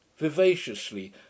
vivaciously